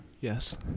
Yes